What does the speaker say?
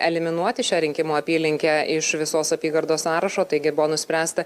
eliminuoti šią rinkimų apylinkę iš visos apygardos sąrašo taigi buvo nuspręsta